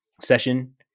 session